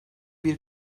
bir